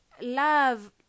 love